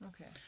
okay